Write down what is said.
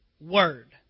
word